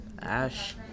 Ash